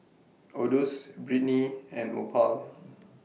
Odus Britny and Opal